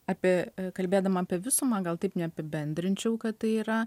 apie kalbėdama apie visumą gal taip neapibendrinčiau kad tai yra